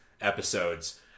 episodes